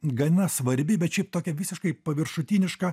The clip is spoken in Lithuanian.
gana svarbi bet šiaip tokia visiškai paviršutiniška